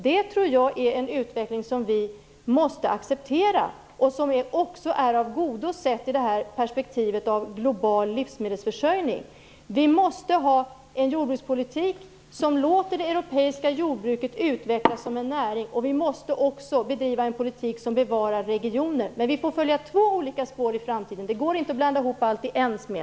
Det är en utveckling som jag tror att vi måste acceptera och som också är av godo sett ur perspektivet av global livsmedelsförsörjning. Vi måste ha en jordbrukspolitik som låter det europeiska jordbruket utvecklas som en näring. Vi måste också bedriva en politik som bevarar regioner. Vi får följa två olika spår i framtiden. Det går inte att blanda ihop allt i en smet.